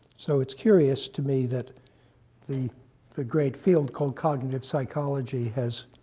so it's curious to me that the the great field called cognitive psychology has